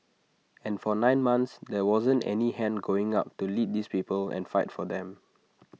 and for nine months there wasn't any hand going up to lead these people and fight for them